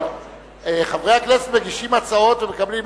חברי הכנסת מגישים הצעות ומקבלים.